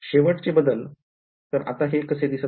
शेवटचे बदल तर आता हे कसे दिसत आहे